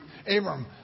Abram